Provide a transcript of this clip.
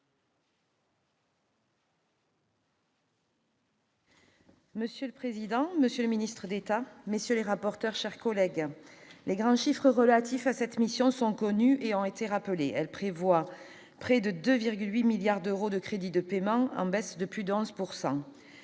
Monsieur le président, Monsieur le Ministre d'État, messieurs les rapporteurs, chers collègues, les grands chiffres relatifs à cette mission sont connus et en été rappelés, elle prévoit près de 2 8 milliards d'euros de crédits de paiement en baisse de plus